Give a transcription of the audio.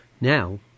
Now